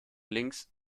links